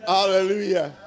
Hallelujah